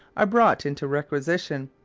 are brought into requisition,